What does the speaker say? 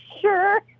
Sure